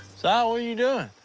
so are you doing?